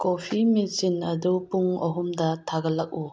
coffee machine ꯑꯗꯨ ꯄꯨꯡ ꯑꯍꯨꯝꯗ ꯊꯥꯒꯠꯂꯛꯎ